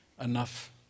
Enough